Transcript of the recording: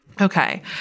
Okay